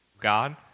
God